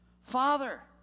Father